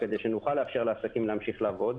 כדי שנוכל לאפשר לעסקים להמשיך לעבוד,